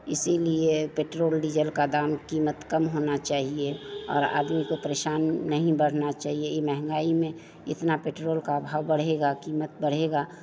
इसीलिए petrol diesel का दाम कीमत काम होनी चाहिए और आदमी की परेशानी नहीं बढ़नी चाहिए इस महँगाई में इतना पेट्रोल का भाव बढ़ेगा कीमत बढ़ेगी